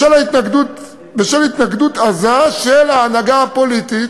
בשל התנגדות עזה של ההנהגה הפוליטית"